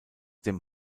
dem